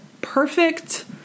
perfect